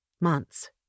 months